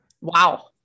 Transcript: Wow